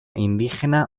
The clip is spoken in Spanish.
indígena